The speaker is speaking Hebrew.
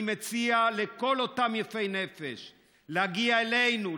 אני מציע לכל אותם יפי נפש להגיע אלינו,